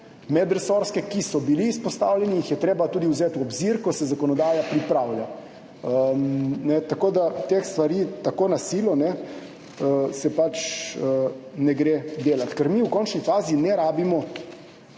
medresorske, ki so bili izpostavljeni, jih je treba tudi vzeti v obzir, ko se zakonodaja pripravlja. Teh stvari tako na silo pač ne gre delati, ker mi v končni fazi ne rabimo